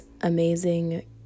amazing